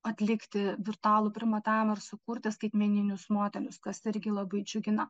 atlikti virtualų primatavimą ir sukurti skaitmeninius modelius kas irgi labai džiugina